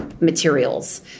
materials